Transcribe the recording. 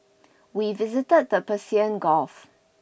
we visited the Persian Gulf